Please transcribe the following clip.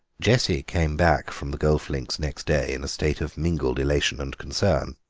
jessie came back from the golf links next day in a state of mingled elation and concern.